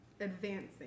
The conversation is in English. advancing